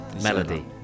melody